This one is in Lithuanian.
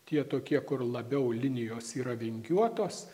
tie tokie kur labiau linijos yra vingiuotos